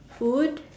food